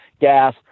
gas